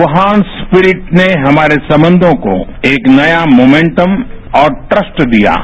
Wuhan spirit ने हमारे संबंधों को एक नया मोमेन्टम और ट्रस्ट दिया है